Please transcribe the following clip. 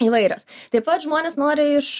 įvairios taip pat žmonės nori iš